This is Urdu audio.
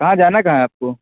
کہاں جانا کہاں ہے آپ کو